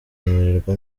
kumererwa